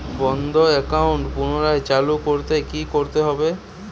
বন্ধ একাউন্ট পুনরায় চালু করতে কি করতে হবে?